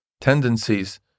tendencies